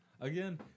again